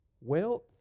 Wealth